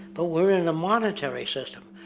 but we're in a monetary system,